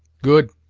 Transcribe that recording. good!